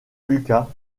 lucas